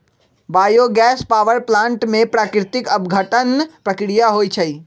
bio gas power plant में प्राकृतिक अपघटन प्रक्रिया होइ छइ